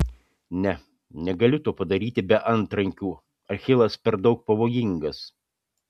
ne negaliu to padaryti be antrankių achilas per daug pavojingas